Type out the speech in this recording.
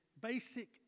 basic